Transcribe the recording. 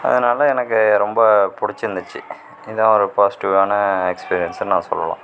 அதனால் எனக்கு ரொம்ப பிடிச்சிருந்துச்சி இதான் ஒரு பாசிட்டிவான எக்ஸ்பீரியன்ஸுன்னு நான் சொல்லலாம்